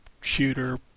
shooter